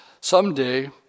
someday